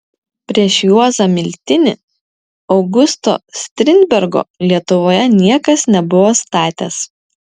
prieš juozą miltinį augusto strindbergo lietuvoje niekas nebuvo statęs